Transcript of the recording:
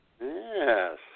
Yes